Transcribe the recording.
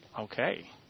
Okay